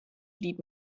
lied